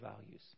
values